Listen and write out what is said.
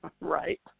Right